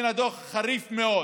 דוח חריף מאוד